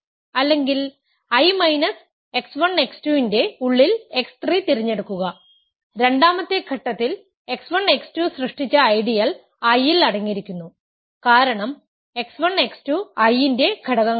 അല്ലെങ്കിൽ I minus x1 x 2 ന്റെ ഉള്ളിൽ x 3 തിരഞ്ഞെടുക്കുക രണ്ടാമത്തെ ഘട്ടത്തിൽ x 1 x 2 സൃഷ്ടിച്ച ഐഡിയൽ I ൽ അടങ്ങിയിരിക്കുന്നു കാരണം x 1 x 2 I ന്റെ ഘടകങ്ങളാണ്